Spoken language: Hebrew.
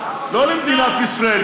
לא למדינת ישראל,